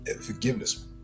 forgiveness